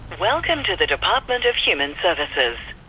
welcome to the department of human services.